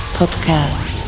podcast